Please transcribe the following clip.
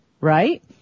right